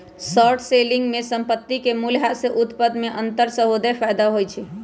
short selling में संपत्ति के मूल्यह्रास से उत्पन्न में अंतर सेहेय फयदा होइ छइ